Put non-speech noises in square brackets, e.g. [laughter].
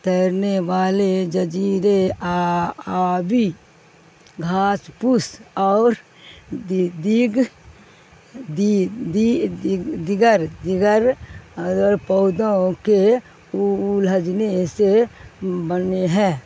تیرنے والے جزیرے آ آبی گھاس پھوس اور دی دیگ دی دگر دگر [unintelligible] پودوں کے اولجھنے سے بنے ہیں